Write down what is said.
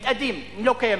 מתאדים, לא קיימים.